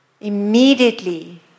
Immediately